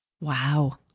Wow